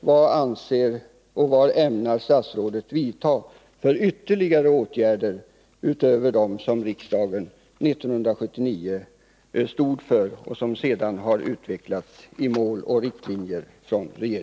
Vad ämnar statsrådet vidta för ytterligare åtgärder utöver dem som riksdagen 1979 beslutade om och som sedan från regeringens sida utvecklats i Mål och riktlinjer?